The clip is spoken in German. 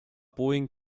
boeing